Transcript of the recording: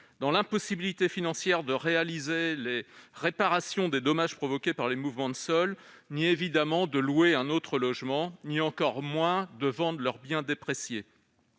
dans l'impossibilité financière de réaliser les réparations des dommages provoqués par les mouvements des sols, de louer un autre logement et encore moins de vendre leur bien déprécié.